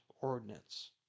ordinance